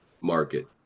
market